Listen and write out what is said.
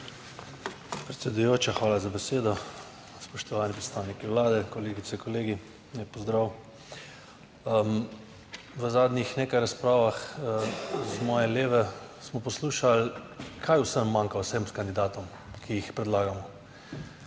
Predsedujoča, hvala za besedo, spoštovani predstavniki Vlade, kolegice, kolegi, lep pozdrav. V zadnjih nekaj razpravah z moje leve smo poslušali kaj vse manjka vsem kandidatom, ki jih predlagamo.